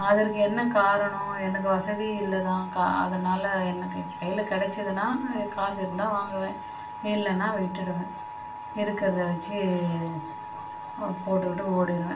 அதற்கு என்ன காரணம் எனக்கு வசதி இல்லை தான் க அதனால் எனக்கு கையில கிடச்சிதுன்னா காசு இருந்தால் வாங்குவேன் இல்லைன்னா விட்டுட்டுவேன் இருக்கிறத வச்சு போட்டுக்கிட்டு ஓடிடுவேன்